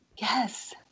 Yes